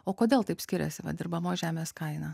o kodėl taip skiriasi va dirbamos žemės kaina